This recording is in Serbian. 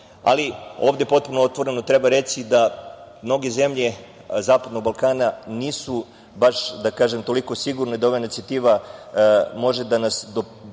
Ovde potpuno otvoreno treba reći da mnoge zemlje Zapadnog Balkana nisu baš toliko sigurne da ova inicijativa može da nas dovedete